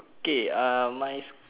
okay my